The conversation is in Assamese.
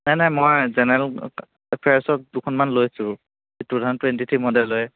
নাই নাই মই জেনেৰেল এফেয়াৰছৰ দুখন মান লৈছোঁ টু থাউজেণ্ড টুৱেণ্টি থ্ৰী মডেলৰে